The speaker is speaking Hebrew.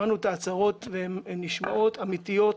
שמענו את ההצהרות והן נשמעות אמיתיות,